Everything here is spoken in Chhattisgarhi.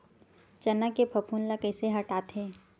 चना के फफूंद ल कइसे हटाथे?